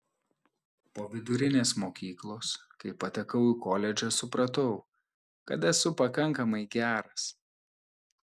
po vidurinės mokyklos kai patekau į koledžą supratau kad esu pakankamai geras